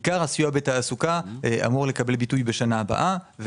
עיקר הסיוע בתעסוקה אמור לקבל ביטוי בשנה הבאה.